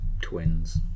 twins